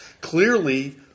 Clearly